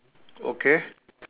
okay